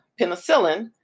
penicillin